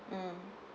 mmhmm